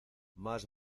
más